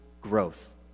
growth